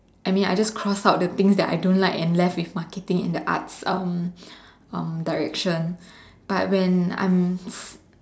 I mean I just cross out the things that I don't like and left with marketing and the arts um direction but when I'm